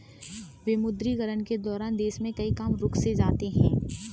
विमुद्रीकरण के दौरान देश में कई काम रुक से जाते हैं